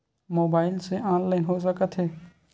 Mobile से online हो सकत हे?